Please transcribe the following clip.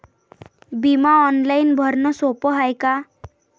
बिमा ऑनलाईन भरनं सोप हाय का?